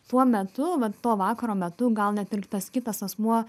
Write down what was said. tuo metu va to vakaro metu gal net ir tas kitas asmuo